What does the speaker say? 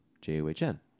J-O-H-N